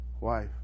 wife